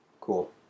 cool